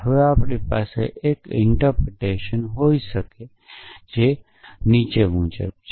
હવે આપણી પાસે એક અર્થઘટન હોઈ શકે છે જે નીચે મુજબ છે